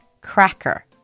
cracker